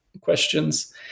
questions